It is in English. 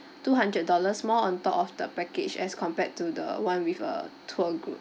two hundred dollars more on top of the package as compared to the one with a tour group